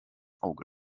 auge